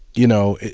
you know,